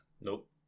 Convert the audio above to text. Nope